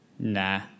Nah